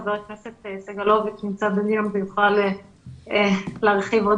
חבר הכנסת סגלוביץ' נמצא ויוכל להרחיב עוד